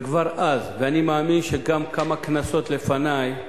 וכבר אז, ואני מאמין שגם כמה כנסות לפני כן